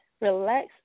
relax